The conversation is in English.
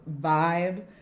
vibe